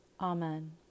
Amen